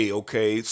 okay